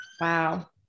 Wow